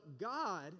God